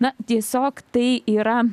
na tiesiog tai yra